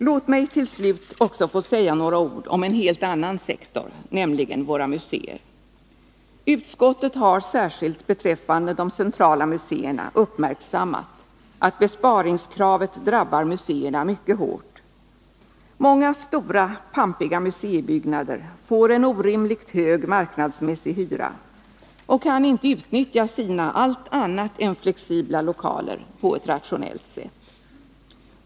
Låt mig till slut också få säga några ord om en helt annan sektor, nämligen våra museer, Utskottet har särskilt beträffande de centrala museerna uppmärksammat att besparingskravet drabbar museerna mycket hårt. Många stora pampiga museibyggnader får en orimligt hög marknadsmässig hyra och kan inte utnyttja sina allt annat än flexibla lokaler på ett rationellt sätt.